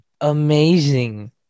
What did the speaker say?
Amazing